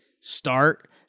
start